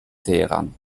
teheran